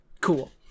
cool